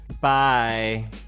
Bye